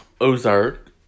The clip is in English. Ozark